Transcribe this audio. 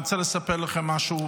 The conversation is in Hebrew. אני רוצה לספר לכם משהו,